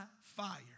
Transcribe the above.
fire